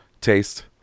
taste